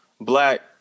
black